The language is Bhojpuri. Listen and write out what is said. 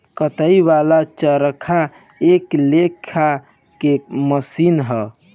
कताई वाला चरखा एक लेखा के मशीन ह